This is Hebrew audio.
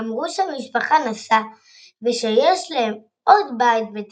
אמרו שהמשפחה נסעה ושיש להם עוד בית, בצרפת.